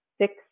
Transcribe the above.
six